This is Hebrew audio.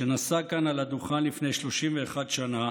שנשא כאן על הדוכן לפני 31 שנה